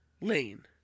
Lane